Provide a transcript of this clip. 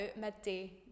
midday